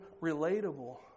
relatable